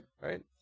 Right